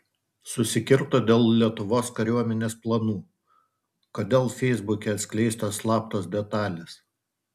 susikirto dėl lietuvos kariuomenės planų kodėl feisbuke atskleistos slaptos detalės